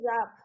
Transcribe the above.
up